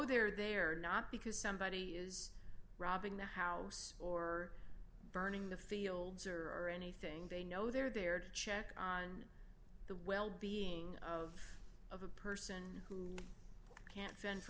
they're there not because somebody is robbing the house or burning the fields or anything they know they're there to check on the wellbeing of of a person who can't fend for